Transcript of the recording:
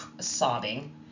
sobbing